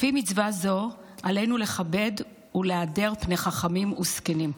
לפי מצווה זו, עלינו לכבד ולהדר פני חכמים וזקנים.